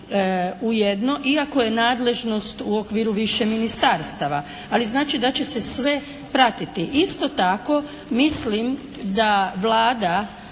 u jedno iako je nadležnost u okviru više ministarstava. Ali znači da će se sve pratiti. Isto tako, mislim da Vlada